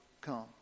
come